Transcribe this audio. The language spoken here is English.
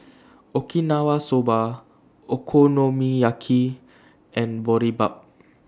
Okinawa Soba Okonomiyaki and Boribap